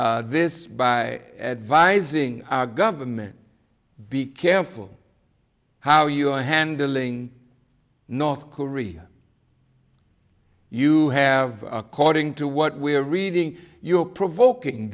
close this by advising our government be careful how you are handling north korea you have according to what we are reading your provoking